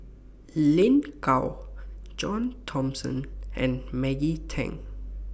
Lin Gao John Thomson and Maggie Teng